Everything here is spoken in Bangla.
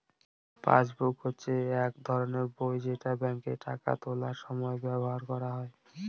পাসবুক হচ্ছে এক ধরনের বই যেটা ব্যাঙ্কে টাকা তোলার সময় ব্যবহার করা হয়